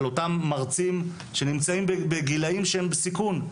על אותם מרצים שנמצאים בגילים שהם סיכון.